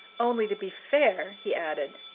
only, to be fair, he added,